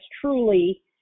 truly